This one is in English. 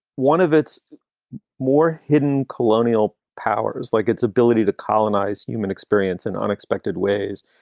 one of its more hidden colonial powers, like its ability to colonize human experience in unexpected ways,